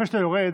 לפני שאתה יורד,